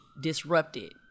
disrupted